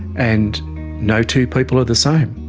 and no two people are the same.